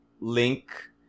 Link